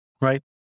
right